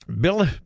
Bill